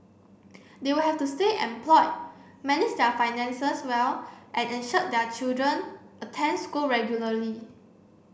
they will have to stay employed manage their finances well and ensure their children attend school regularly